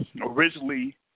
originally